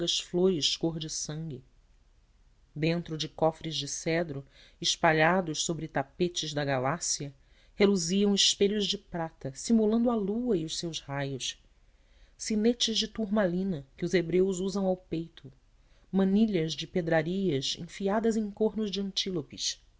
flores cor de sangue dentro de cofres de cedro espalhados sobre tapetes da galácia reluziam espelhos de prata simulando a lua e os seus raios sinetes de turmalina que os hebreus usam no peito manilhas de pedrarias enfiadas em cornos de